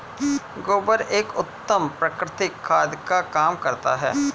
गोबर एक उत्तम प्राकृतिक खाद का काम करता है